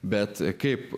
bet kaip